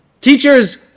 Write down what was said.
teachers